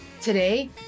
Today